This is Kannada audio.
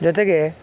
ಜೊತೆಗೆ